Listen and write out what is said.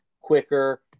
quicker